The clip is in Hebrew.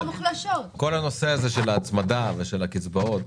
כל הנושא הזה של ההצמדה ושל הקצבאות